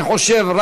אני חושב,